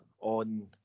on